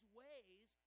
ways